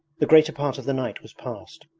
the greater part of the night was past.